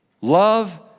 Love